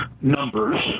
numbers